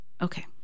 Okay